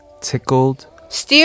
Tickled